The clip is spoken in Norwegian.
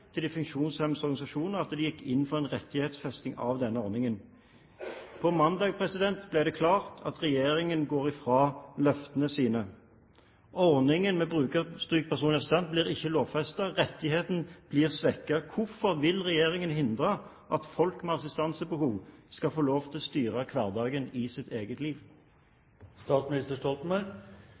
til de funksjonshemmedes organisasjoner at de gikk inn for en rettighetsfesting av denne ordningen. På mandag ble det klart at regjeringen går fra løftene sine. Ordningen med brukerstyrt personlig assistent blir ikke lovfestet. Rettigheten blir svekket. Hvorfor vil regjeringen hindre at folk med assistansebehov skal få lov til å styre hverdagen i sitt eget